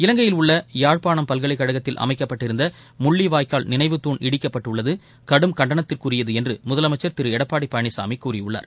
இலங்கையில் உள்ள யாழ்ப்பாணம் பல்கலைக்காகத்தில் அமைக்கப்பட்டிருந்த முள்ளி வாய்க்கால் நினைவுத்துண் இடிக்கப்பட்டுள்ளது கடும் கண்டனத்திற்குரியது என்று முதலனமச்சர் திரு எடப்பாடி பழனிசாமி கூறியுள்ளார்